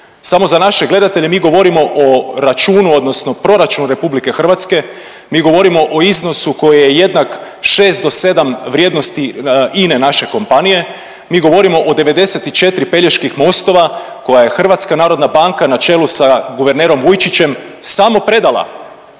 Samo za naše gledatelje, mi govorimo o računu odnosno proračun RH, mi govorimo o iznosu koji je jednak šest do sedam vrijednosti INA-e naše kompanije, mi govorimo o 94 Peljeških mostova koje je HNB na čelu sa guvernerom Vujčićem samo predala.